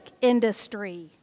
industry